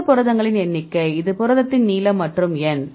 மொத்த புரதங்களின் எண்ணிக்கை இந்த புரதத்தின் நீளம் மற்றும் N